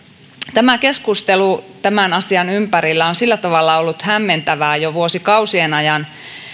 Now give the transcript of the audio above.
tämä keskustelu tämän asian ympärillä on sillä tavalla ollut hämmentävää jo vuosikausien ajan